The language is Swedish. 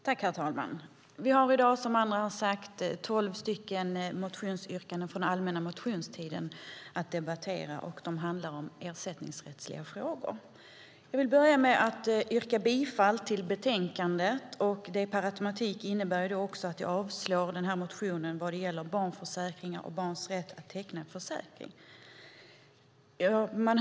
Herr talman! Vi har i dag, som andra har sagt, tolv motionsyrkanden från den allmänna motionstiden att debattera, och de handlar om ersättningsrättsliga frågor. Jag vill börja med att yrka bifall till utskottets förslag till beslut i betänkandet. Det innebär per automatik att jag vill avslå motionen vad gäller rätten att teckna försäkring för barn.